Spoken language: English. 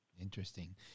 Interesting